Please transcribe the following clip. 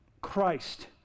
Christ